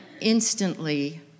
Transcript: instantly